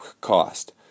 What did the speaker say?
cost